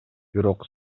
бирок